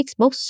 Xbox